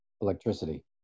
electricity